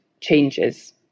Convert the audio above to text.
changes